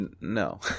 No